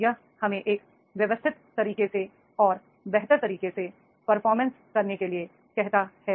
यह हमें एक व्यवस्थित तरीके से और बेहतर तरीके से परफॉर्मेंस करने के लिए कहता है